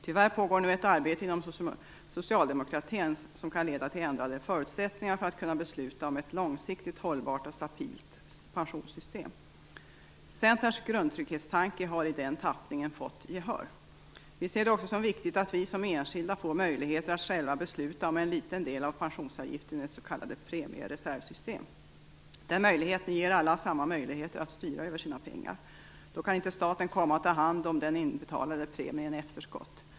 Tyvärr pågår nu ett arbete inom Socialdemokraterna som kan leda till ändrade förutsättningar för att kunna besluta om ett långsiktigt hållbart och stabilt pensionssystem. Centerns grundtrygghetstanke har i den tappningen fått gehör. Vi ser det också som viktigt att vi som enskilda får möjligheter att själva besluta om en liten del av pensionsavgiften i ett s.k. premiereservsystem. Den möjligheten ger alla samma möjligheter att styra över sina pengar. Då kan inte staten komma och ta hand om den inbetalade premien i efterskott.